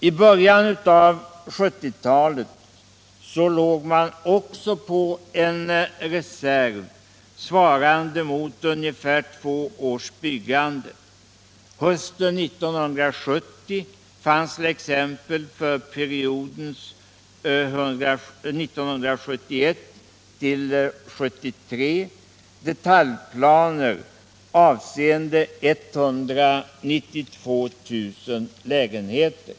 I början på 1970-talet låg man också med en reserv sva= rande mot ungefär två års byggande. Hösten 1970 fanns t.ex. för perioden — Den ekonomiska 1971-1973 detaljplaner avseende 192 000 lägenheter.